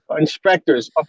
inspectors